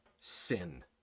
sin